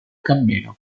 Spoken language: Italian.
cammino